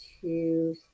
two